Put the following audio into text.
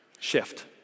shift